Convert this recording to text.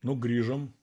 nu grįžom